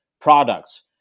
products